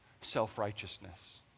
self-righteousness